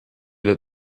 that